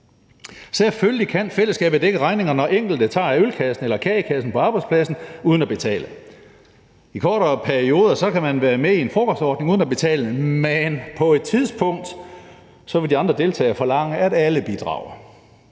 Selvfølgelig kan fællesskabet dække regningen, når enkelte tager af ølkassen eller kagekassen på arbejdspladsen uden at betale. I kortere perioder kan man være med i en frokostordning uden at betale, men på et tidspunkt vil de andre deltagere forlange, at alle bidrager.